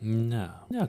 ne ne